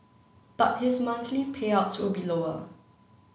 but his monthly payouts will be lower